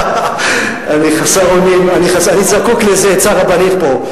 אני זקוק לאיזו עצה רבנית פה.